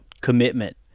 commitment